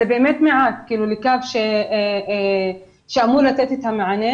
זה באמת מעט לקו שאמור לתת את המענה.